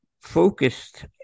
focused